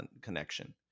connection